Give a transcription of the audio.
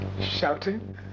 shouting